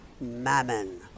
mammon